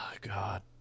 God